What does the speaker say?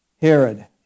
Herod